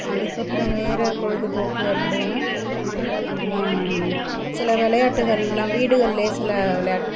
அதுக்கப்புறம் வேறு பொழுதுபோக்கு அப்படின்னால் சில விளையாட்டுகளெலாம் வீடுகளில் சில விளையாட்டு